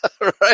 right